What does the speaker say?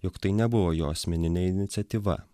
jog tai nebuvo jo asmeninė iniciatyva